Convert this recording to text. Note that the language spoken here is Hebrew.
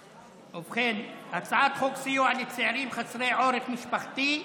ובכן, הצעת חוק סיוע לצעירים חסרי עורף משפחתי,